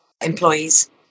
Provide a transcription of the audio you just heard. employees